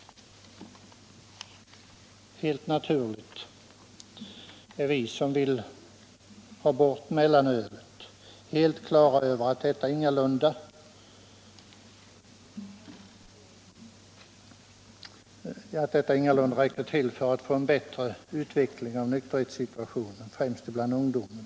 Helt naturligt är vi som vill ha bort mellanölet på det klara med att detta ingalunda räcker till för att få en bättre utveckling av nykterhetssituationen, främst bland ungdomen.